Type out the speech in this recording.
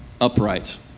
upright